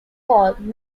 called